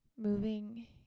Moving